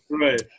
right